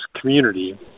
community